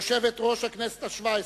יושבת-ראש הכנסת השבע-עשרה,